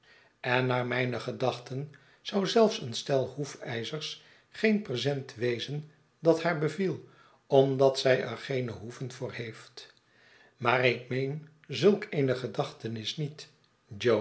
en naar mijne gedachten zou zelfs een stel hoefijzers geen present wezen dat haar beviel omdat zij er geene hoeven voor heeft maar ik meen zulk eene gedachtenis niet